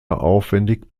aufwändig